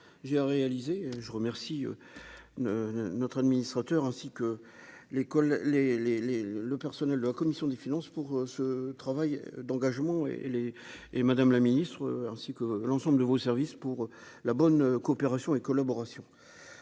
j'ai réalisé, je remercie notre administrateur ainsi que l'école les les les le, le personnel de la commission des finances pour ce travail d'engagement et les et Madame la Ministre, ainsi que l'ensemble de vos services pour la bonne coopération et collaboration